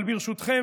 אבל ברשותכם,